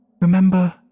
Remember